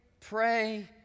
pray